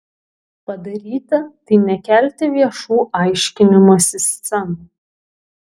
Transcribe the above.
padaryti tai nekelti viešų aiškinimosi scenų